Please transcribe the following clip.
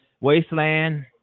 wasteland